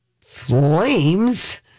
flames